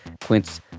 Quince